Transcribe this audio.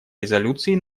резолюций